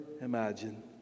imagine